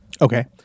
Okay